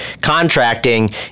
contracting